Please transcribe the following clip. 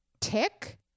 tick